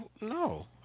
No